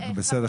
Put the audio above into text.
בסדר.